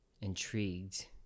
intrigued